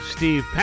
Steve